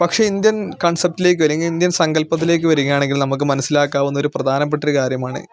പക്ഷേ ഇന്ത്യൻ കൺസെപ്റ്റിലേക്കോ അല്ലെങ്കിൽ ഇന്ത്യൻ സങ്കല്പത്തിലേക്ക് വരികയാണെങ്കിൽ നമുക്ക് മനസ്സിലാക്കാവുന്ന ഒരു പ്രധാനപ്പെട്ട ഒരു കാര്യമാണ്